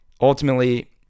ultimately